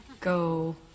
Go